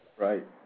Right